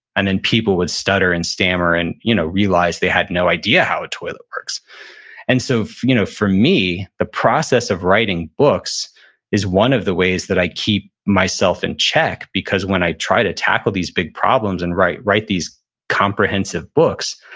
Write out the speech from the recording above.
and then people would stutter and stammer and you know realize they had no idea how a toilet works so you know for me, the process of writing books is one of the ways that i keep myself in check, because when i try to tackle these big problems and write write these comprehensive books,